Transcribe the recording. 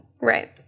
Right